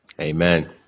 Amen